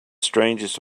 strangest